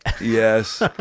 Yes